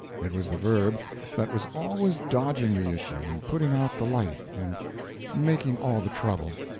it was the verb that was always dodging the issue and putting out the light and making all the trouble.